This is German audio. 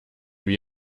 wie